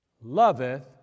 loveth